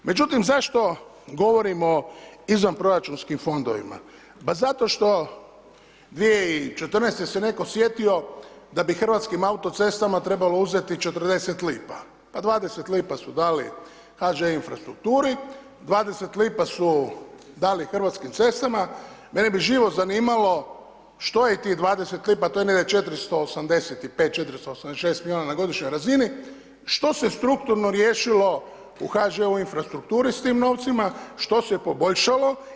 Međutim, zašto govorimo izvanproračunskim fondovima, pa zato što se 2014. netko sjetio, da bi Hrvatskim autocestama trebalo uzeti 40 lipa, pa 20 lipa su dali HŽ infrastrukturi, 20 lipa su dali Hrvatskim cestama, mene bi živo zanimalo, što je tih 20 lipa, to je negdje 485-486 milijuna na godišnjoj razini, što se strukturno riješio u HŽ infrastrukturi s tim novcima, što se poboljšalo?